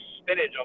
spinach